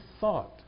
thought